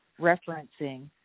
referencing